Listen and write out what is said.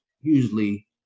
usually